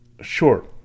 sure